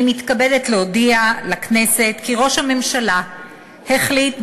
אני מתכבדת להודיע לכנסת כי ראש הממשלה החליט,